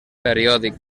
periòdic